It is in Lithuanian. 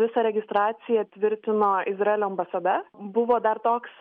visą registraciją tvirtino izraelio ambasada buvo dar toks